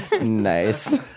Nice